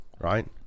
right